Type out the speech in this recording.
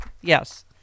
Yes